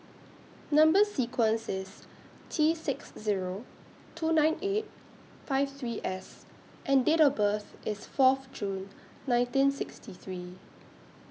Number sequence IS T six Zero two nine eight five three S and Date of birth IS Fourth June nineteen sixty three